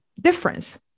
difference